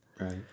Right